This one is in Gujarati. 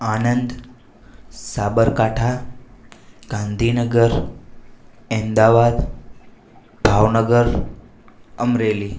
આણંદ સાબરકાંઠા ગાંધીનગર અમદાવાદ ભાવનગર અમરેલી